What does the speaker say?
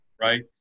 right